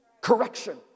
correction